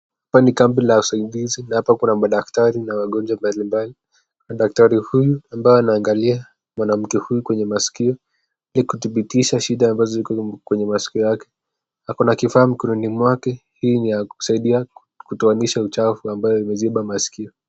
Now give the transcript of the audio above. Hapa ni kambi la usaidizi na hapa kuna madaktari na wagonjwa mbalimbali, daktari huyu ambaye anaangalia mwanamke huyu kwenye maskio ili kuthibitisha shida ambazo ziko kwenye maskio yake, ako na kifaa mkononi mwake, hii ni ya kusaidia kutoanisha uchafu ambayo imeziba maskio.